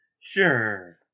Sure